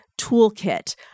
toolkit